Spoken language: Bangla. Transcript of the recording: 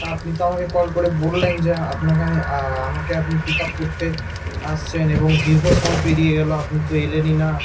আপনি তো আমাকে কল করে বললেন যে আপনাকে আমি আমাকে আপনি পিক আপ করতে আসছেন এবং দীর্ঘ সময় পেরিয়ে গেলো আপনি তো এলেনই না